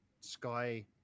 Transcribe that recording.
Sky